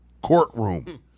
courtroom